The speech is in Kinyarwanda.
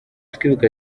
twibuka